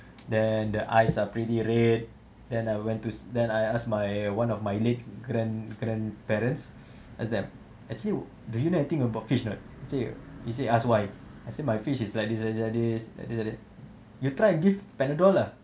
then the eyes are pretty red then I went to then I ask my one of my late grand~ grandparents ask them actually do you know think about fish right say you he say ask why I say my fish is like this like this like this like that like that you tried to give panadol lah